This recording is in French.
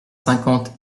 cinquante